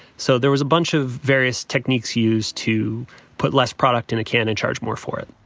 so there was bunch of various techniques used to put less product in a can and charge more for it